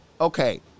Okay